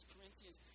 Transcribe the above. Corinthians